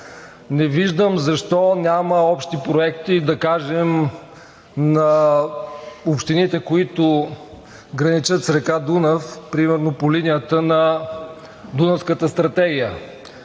Не виждам защо няма общи проекти на общините, които граничат с река Дунав – примерно по линията на Дунавската стратегия?